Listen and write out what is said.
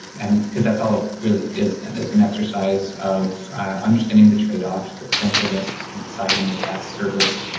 and because that's all it really is then, is an exercise of understanding the trade-off, the potential risks and deciding if that service,